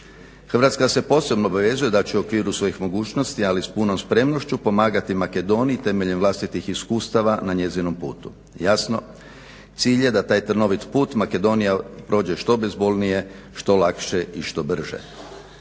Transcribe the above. Hrvatska se posebno obvezuje da će u okviru svojih mogućnosti ali s punom spremnošću pomagati Makedoniji temeljem vlastitih iskustava na njezinom putu. Jasno cilj je da taj trnovit put Makedonija prođe što bezbolnije, što lakše i što brže.